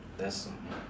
that's all